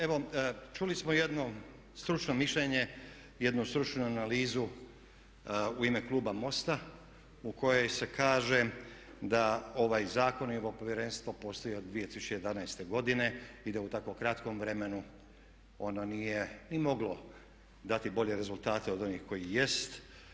Evo čuli smo jedno stručno mišljenje, jednu stručnu analizu u ime kluba MOST-a u kojoj se kaže da ovaj zakon i ovo povjerenstvo postoji od 2011. godine, i da u tako kratkom vremenu ono nije ni moglo dati bolje rezultate od onih koji jesu.